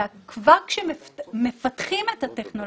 אלא כבר כשמפתחים את הטכנולוגיה,